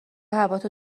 هواتو